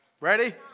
Ready